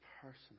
personal